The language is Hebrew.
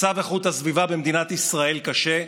מצב איכות הסביבה במדינת ישראל קשה,